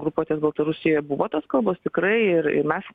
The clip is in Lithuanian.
grupuotės baltarusijoje buvo tos kalbos tikrai ir ir mes